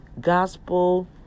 gospel